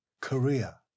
Korea